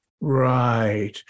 Right